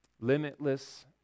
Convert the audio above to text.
Limitless